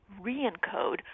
re-encode